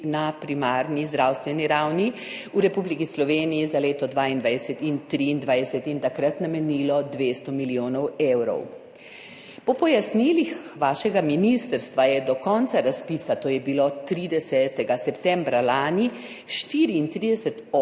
na primarni zdravstveni ravni v Republiki Sloveniji za leti 2022 in 2023 in takrat namenilo 200 milijonov evrov. Po pojasnilih vašega ministrstva je do konca razpisa, to je bilo 30. septembra lani, 34 občin